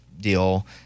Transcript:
deal